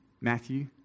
Matthew